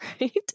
Right